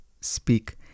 speak